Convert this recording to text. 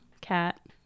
cat